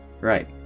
Right